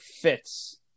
fits